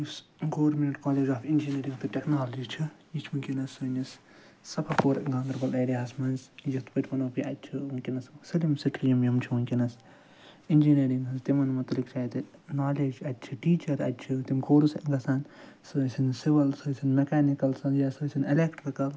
یُس government college of engineering تہٕ technology چھُ یہِ چھُ وٕنۍکٮ۪نَس سٲنِس سفاپور گاندربَل ایریاہَس مَنٛز یِتھ پٲٹھۍ ونو کہِ اَتہِ چھُ وٕنۍکٮ۪نَس سٲلِم سٹرٛیٖم یِم چھِ وٕنۍکٮ۪نَس اِنجیٖنیرِنٛگ ہٕنٛز تِمن مُتعلِق چھُ اتہِ نالیج اَتہِ چھِ ٹیٖچر اَتہِ چھِ تِم کورٕس گَژھان سُہ ٲسِنۍ سِوَل سُہ ٲسِنۍ میٚکینِکَل سُہ یا سُہ ٲسِنۍ ایٚلیٚکٹرٕکَل